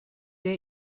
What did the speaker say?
der